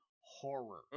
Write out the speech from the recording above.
horror